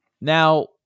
Now